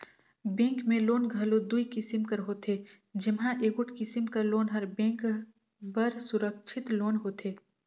bank में loan घलो दुई किसिम कर होथे जेम्हां एगोट किसिम कर लोन हर बेंक बर सुरक्छित लोन होथे